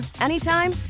anytime